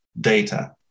data